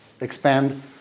expand